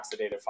oxidative